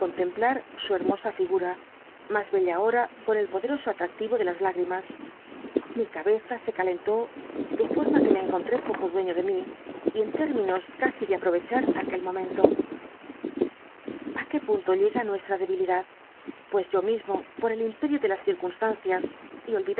contemplar su hermosa figura ñas bella ahora con el poderoso atractivo áe las lágrimas mi cabeza se calentó de fonaa que me encontré poco dueño de mi y en termino caside aproyecfaar aquel momento a qué punto llega nuestra debilidad pues yo mismo por el imperio de las circunstancias